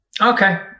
Okay